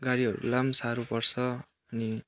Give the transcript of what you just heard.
गाडीहरूलाई पनि साह्रो पर्छ अनि